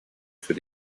für